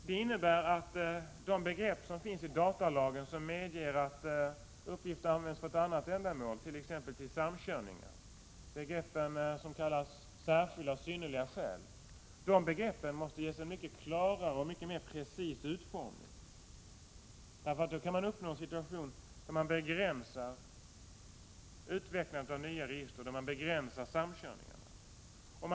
Det innebär att de begrepp som finns i datalagen och som medger att uppgifter används för ett annat ändamål, t.ex. till samkörningar, begrepp som kallas särskilda och synnerliga skäl, måste ges en mycket klarare och mycket mer precis utformning. Då kan man uppnå en situation där utvecklandet av nya register begränsas och där samkörningar begränsas.